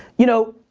you know,